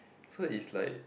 so is like